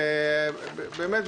באמת,